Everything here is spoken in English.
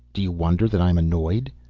do you wonder that i'm annoyed?